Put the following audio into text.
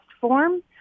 form